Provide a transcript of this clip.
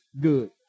good